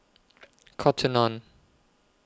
Cotton on